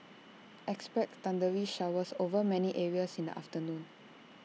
expect thundery showers over many areas in the afternoon